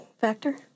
factor